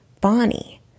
Bonnie